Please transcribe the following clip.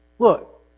Look